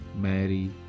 Mary